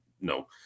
no